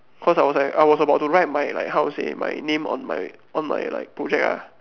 cause I was like I was about to write my like how to say my name on my on my like project ah